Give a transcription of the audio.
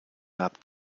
gab